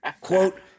Quote